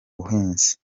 buhinzi